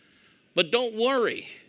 but don't worry.